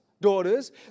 daughters